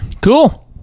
Cool